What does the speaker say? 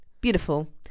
beautiful